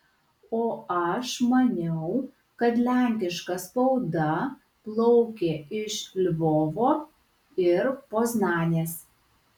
o aš maniau kad lenkiška spauda plaukė iš lvovo ir poznanės